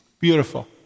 Beautiful